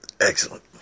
excellent